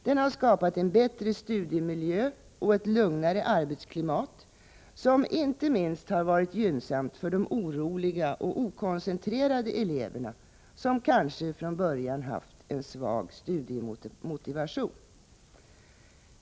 Den har skapat en bättre studiemiljö och ett lugnare arbetsklimat, som har varit gynnsamt inte minst för de oroliga och okoncentrerade eleverna, som från början kanske haft en svag studiemotivation.